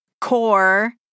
core